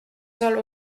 soll